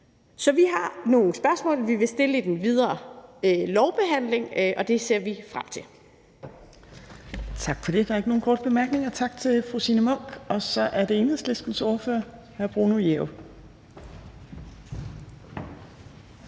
Så vi har nogle spørgsmål, vi vil stille i den videre lovbehandling, og det ser vi frem til. Kl. 16:04 Tredje næstformand (Trine Torp): Tak for det. Der er ikke nogen korte bemærkninger. Tak til fru Signe Munk, og så er det Enhedslistens ordfører, hr. Bruno Jerup.